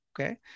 Okay